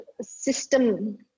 system